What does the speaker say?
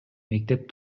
мектеп